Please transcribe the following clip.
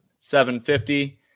750